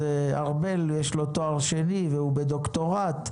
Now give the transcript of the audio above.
אז לארבל יש תואר שני והוא בדוקטורט,